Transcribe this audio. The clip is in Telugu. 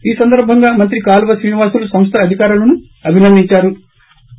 ఈ సందర్భంగా మంత్రి కాలవ శ్రీనివాసులు సంస్ల అధికారులను అభినందిందారు